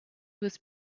was